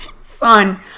son